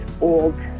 old